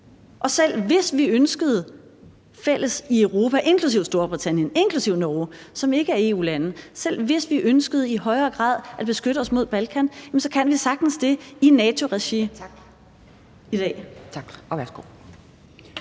Og selv hvis vi ønskede fælles i Europa – inklusive Storbritannien og inklusive Norge, som ikke er EU-lande – i højere grad at beskytte os mod Balkan, kan vi sagtens det i NATO-regi i dag. Kl.